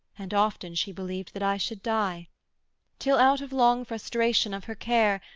and often she believed that i should die till out of long frustration of her care,